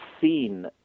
seen